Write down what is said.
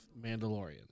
Mandalorian